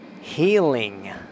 healing